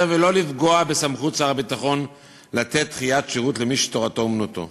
ולא לפגוע בסמכות שר הביטחון לתת דחיית שירות למי שתורתו אומנותו.